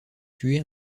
tué